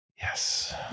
yes